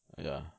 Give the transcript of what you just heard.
ya